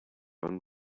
own